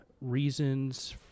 Reasons